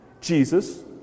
Jesus